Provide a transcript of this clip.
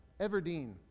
Everdeen